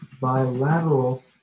bilateral